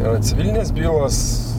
yra civilinės bylos